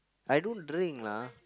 I don't drink lah